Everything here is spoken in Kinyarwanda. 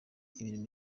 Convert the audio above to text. imirimo